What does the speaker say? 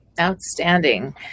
outstanding